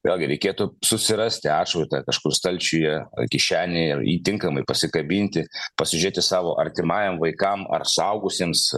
vėlgi reikėtų susirasti atšvaitą kažkur stalčiuje kišenėje ir jį tinkamai pasikabinti pasižiūrėti savo artimajam vaikam ar suaugusiems